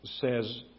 says